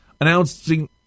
announcing